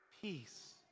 Peace